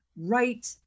right